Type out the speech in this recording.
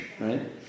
right